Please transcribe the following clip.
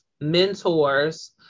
mentors